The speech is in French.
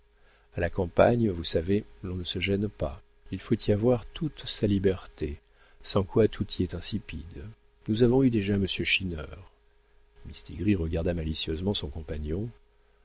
a la campagne vous savez on ne se gêne pas il faut y avoir toute sa liberté sans quoi tout y est insipide nous avons eu déjà monsieur schinner mistigris regarda malicieusement son compagnon